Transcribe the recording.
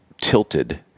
tilted